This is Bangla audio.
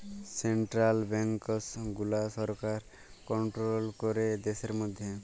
সেনটারাল ব্যাংকস গুলা সরকার কনটোরোল ক্যরে দ্যাশের ম্যধে